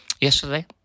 yesterday